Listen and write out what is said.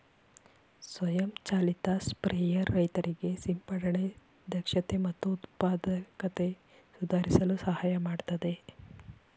ಸ್ವಯಂ ಚಾಲಿತ ಸ್ಪ್ರೇಯರ್ ರೈತರಿಗೆ ಸಿಂಪರಣೆ ದಕ್ಷತೆ ಮತ್ತು ಉತ್ಪಾದಕತೆ ಸುಧಾರಿಸಲು ಸಹಾಯ ಮಾಡ್ತದೆ